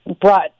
brought